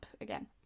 again